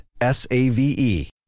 S-A-V-E